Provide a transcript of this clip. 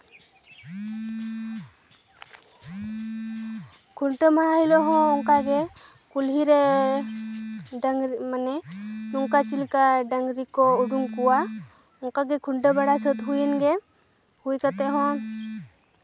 ᱠᱷᱩᱱᱴᱟᱹᱣ ᱢᱟᱦᱟ ᱦᱤᱞᱳᱜ ᱦᱚᱸ ᱚᱝᱠᱟ ᱜᱮ ᱠᱩᱞᱦᱤ ᱨᱮ ᱰᱟᱝᱨᱤ ᱢᱟᱱᱮ ᱱᱚᱝᱠᱟ ᱪᱤᱫᱞᱮᱠᱟ ᱰᱟᱝᱨᱤ ᱠᱚ ᱩᱰᱩᱝ ᱠᱚᱣᱟ ᱚᱝᱠᱟ ᱜᱮ ᱠᱷᱩᱱᱴᱟᱹᱣ ᱥᱟᱹᱛ ᱵᱟᱲᱟ ᱦᱩᱭᱮᱱ ᱜᱮ ᱦᱩᱭ ᱠᱟᱛᱮ ᱦᱚᱸ